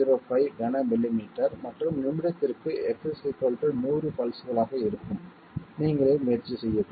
005 கன மில்லிமீட்டர் மற்றும் நிமிடத்திற்கு f 100 பல்ஸ்களாக இருக்கும் நீங்களே முயற்சி செய்ய வேண்டும்